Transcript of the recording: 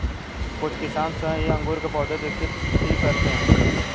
कुछ किसान स्वयं ही अंगूर के पौधे विकसित भी करते हैं